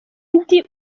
ndi